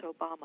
Obama